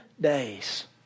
days